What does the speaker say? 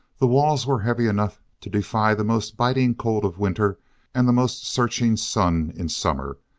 the walls were heavy enough to defy the most biting cold of winter and the most searching sun in summer.